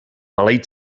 maleït